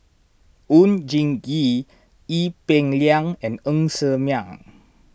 Oon Jin Gee Ee Peng Liang and Ng Ser Miang